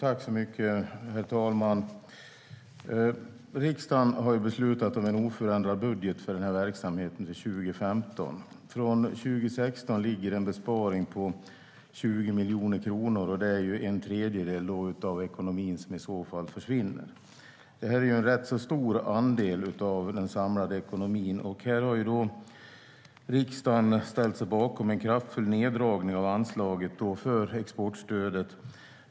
Herr talman! Riksdagen har ju beslutat om en oförändrad budget för den här verksamheten till och med 2015. Från 2016 ligger det en besparing på 20 miljoner kronor i budgeten. Det är en tredjedel av ekonomin som i så fall försvinner. Det är en rätt stor andel av den samlade ekonomin. Riksdagen har ställt sig bakom en kraftig neddragning av anslaget för exportstödet.